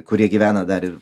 kurie gyvena dar ir